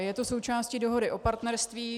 Je to součástí Dohody o partnerství.